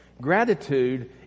Gratitude